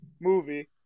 movie